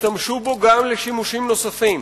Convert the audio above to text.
ישתמשו בו גם שימושים נוספים.